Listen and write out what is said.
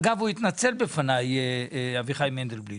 אגב, אביחי מנדלבליט